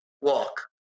walk